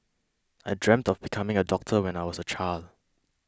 I dreamt of becoming a doctor when I was a child